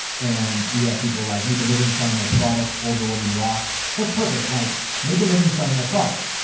and we have people like make a living selling my products' older women rock. so that's perfect. like make a living selling my products.